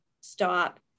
Stop